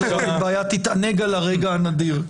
אין בעיה, תתענג על הרגע הנדיר.